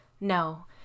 No